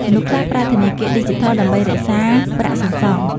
មនុស្សខ្លះប្រើធនាគារឌីជីថលដើម្បីរក្សាប្រាក់សន្សំ។